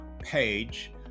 page